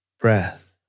Breath